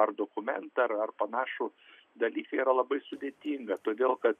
ar dokumentą ar panašų dalyką yra labai sudėtinga todėl kad